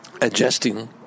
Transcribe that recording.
Adjusting